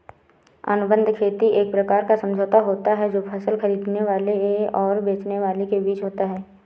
अनुबंध खेती एक प्रकार का समझौता होता है जो फसल खरीदने वाले और बेचने वाले के बीच होता है